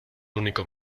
único